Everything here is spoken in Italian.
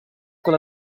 con